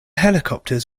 helicopters